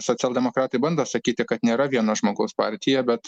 socialdemokratai bando sakyti kad nėra vieno žmogaus partija bet